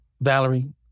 Valerie